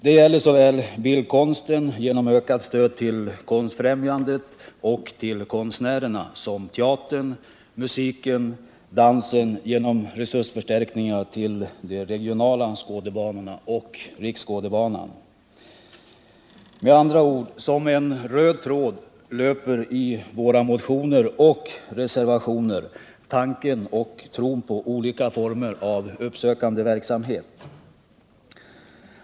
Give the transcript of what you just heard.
Det gäller såväl bildkonsten, genom ökat stöd till Konstfrämjandet och till konstnärerna, som teatern, musiken och dansen, genom resursförstärkningar till de regionala skådebanorna och Riksskådebanan. Med andra ord: som en röd tråd i våra motioner och reservationer löper tanken och tron på olika former av uppsökande verksamhet.